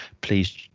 please